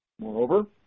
Moreover